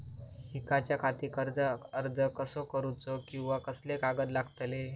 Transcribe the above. शिकाच्याखाती कर्ज अर्ज कसो करुचो कीवा कसले कागद लागतले?